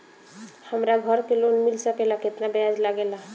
हमरा घर के लोन मिल सकेला केतना ब्याज लागेला?